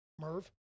Merv